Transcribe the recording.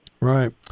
Right